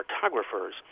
cartographers